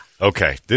Okay